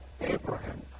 Abraham